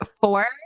Four